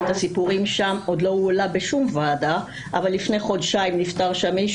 הסיפורים שם עוד לא הועלו בשום ועדה אבל לפני חודשיים נפטר שם מישהו.